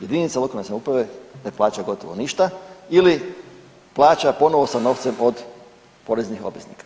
Jedinice lokalne samouprave ne plaćaju gotovo ništa ili plaća ponovo sa novcem od poreznih obveznika.